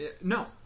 No